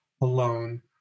alone